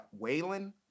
Waylon